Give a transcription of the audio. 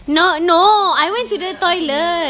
no no I went to the toilet